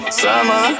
summer